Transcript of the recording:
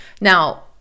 now